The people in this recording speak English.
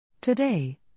Today